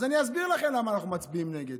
אז אסביר לכם למה אנחנו מצביעים נגד.